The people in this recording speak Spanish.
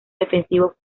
defensivo